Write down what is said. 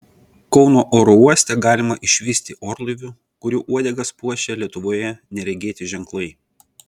kauno oro uoste galima išvysti orlaivių kurių uodegas puošia lietuvoje neregėti ženklai